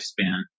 lifespan